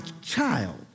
child